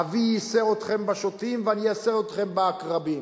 אבי ייסר אתכם בשוטים ואני אייסר אתכם בעקרבים.